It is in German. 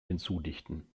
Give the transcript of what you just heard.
hinzudichten